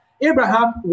Abraham